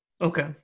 Okay